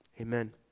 amen